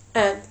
ah